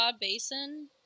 Basin